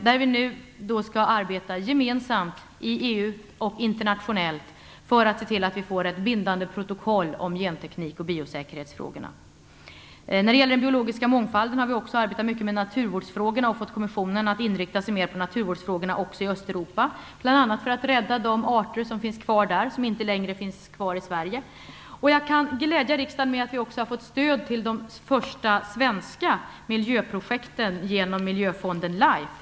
Där skall vi nu arbeta gemensamt, i EU och internationellt, för att vi skall få ett bindande protokoll om genteknik och biosäkerhetsfrågor. När det gäller den biologiska mångfalden har vi också arbetat mycket med naturvårdsfrågorna och fått kommissionen att inrikta sig mer på naturvårdsfrågorna i Östeuropa, bl.a. för att rädda de arter som finns kvar där och som inte längre finns kvar i t.ex. Sverige. Jag kan glädja riksdagen med att vi också har fått stöd till de första svenska miljöprojekten genom miljöfonden Life.